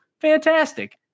fantastic